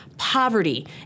poverty